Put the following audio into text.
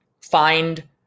find